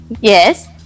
yes